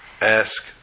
ask